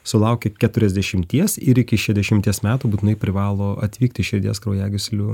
sulaukę keturiasdešimties ir iki šešiasdešimties metų būtinai privalo atvykti širdies kraujagyslių